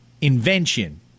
invention